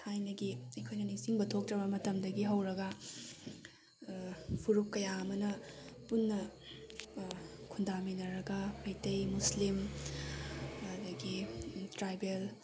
ꯊꯥꯏꯅꯒꯤ ꯑꯩꯈꯣꯏꯅ ꯅꯤꯡꯁꯤꯡꯕ ꯊꯣꯛꯇ꯭ꯔꯕ ꯃꯇꯝꯗꯒꯤ ꯍꯧꯔꯒ ꯐꯨꯔꯨꯞ ꯀꯌꯥ ꯑꯃꯅ ꯄꯨꯟꯅ ꯈꯨꯟꯗꯥꯃꯤꯟꯅꯔꯒ ꯃꯩꯇꯩ ꯃꯨꯁꯂꯤꯝ ꯑꯗꯒꯤ ꯇ꯭ꯔꯥꯏꯕꯦꯜ